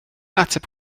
ateb